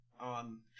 on